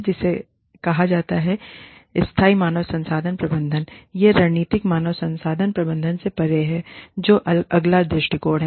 इसे कहा जाता है स्थाई मानव संसाधन प्रबंधन यह रणनीतिक मानव संसाधन प्रबंधन से परे है जो अगला दृष्टिकोण है